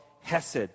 hesed